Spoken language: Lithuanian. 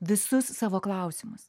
visus savo klausimus